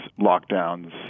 lockdowns